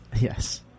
Yes